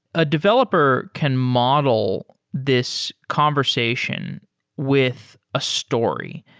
a developer can model this conversation with a story.